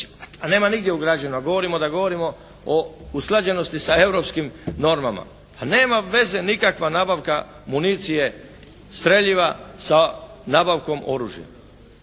a nema nigdje ugrađeno. A govorimo da govorimo o usklađenosti sa europskim normama. Pa nema veze nikakva nabavka municije, streljiva sa nabavkom oružja.